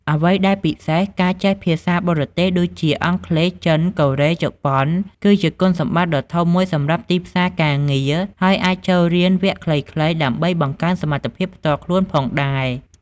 អ្វីដែលពិសេស ការចេះភាសាបរទេស ដូចជា អង់គ្លេស ចិន កូរ៉េ ជប៉ុន គឺជាគុណសម្បត្តិដ៏ធំមួយសម្រាប់ទីផ្សារការងារ ហើយអាចចូលរៀនវគ្គខ្លីៗដើម្បីបង្កើនសមត្ថភាពផ្ទាល់ខ្លួនផងដែរ។